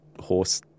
horse